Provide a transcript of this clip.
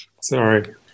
Sorry